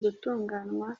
gutunganywa